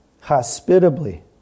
Hospitably